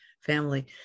family